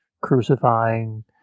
crucifying